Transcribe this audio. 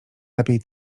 lepiej